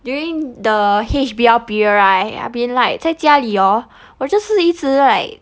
during the H_B_L period right I I've been like 在家里 orh 我就一直 like